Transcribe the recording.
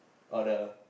oh the